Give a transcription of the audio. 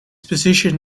position